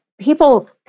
people